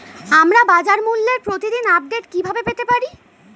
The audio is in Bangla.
আমরা বাজারমূল্যের প্রতিদিন আপডেট কিভাবে পেতে পারি?